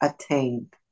attained